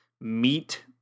meat